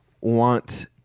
want